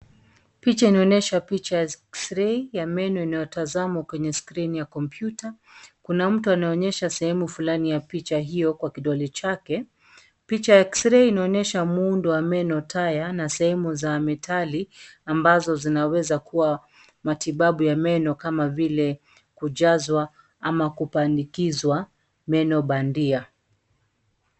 Picha inaonesha picha ya X-ray ya meno inayotazamwa kwenye skrini ya kompyuta. Kuna mtu anayeonyesha sehemu flani ya picha hio kwa kidole chake. Picha ya X-ray inaonyesha muundo wa meno taya na sehemu za metali, ambazo zinaweza kua matibabu ya meno kama vile kujazwa ama kupandikizwa meno bandia.